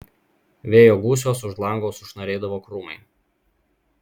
vėjo gūsiuos už lango sušnarėdavo krūmai